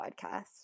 podcast